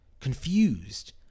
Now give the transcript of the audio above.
Confused